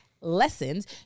lessons